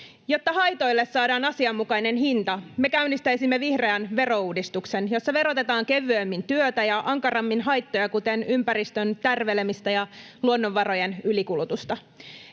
Jotta haitoille saadaan asianmukainen hinta, me käynnistäisimme vihreän verouudistuksen, jossa verotetaan kevyemmin työtä ja ankarammin haittoja, kuten ympäristön tärvelemistä ja luonnonvarojen ylikulutusta.